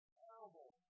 terrible